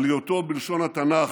על היותו, בלשון התנ"ך,